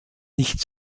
nicht